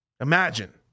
Imagine